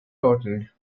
totaled